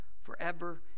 forever